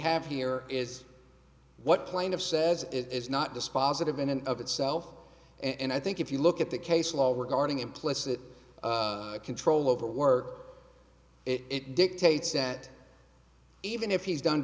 have here is what plane of says it is not dispositive in and of itself and i think if you look at the case law regarding implicit control over work it dictates that even if he's done